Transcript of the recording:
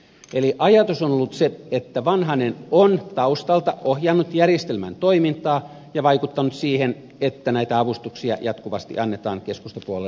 eli ajatus on ollut se että vanhanen on taustalta ohjannut järjestelmän toimintaa ja vaikuttanut siihen että näitä avustuksia jatkuvasti annetaan keskustapuolueelle läheisille tahoille